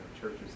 churches